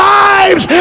lives